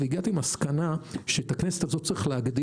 והגעתי לכנסת שבכנסת הזו צריך להגדיל